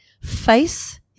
Face